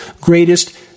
greatest